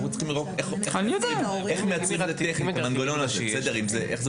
אנחנו צריכים לראות איך מייצרים את הטכניקה ואיך זה עובד.